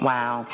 Wow